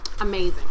amazing